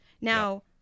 Now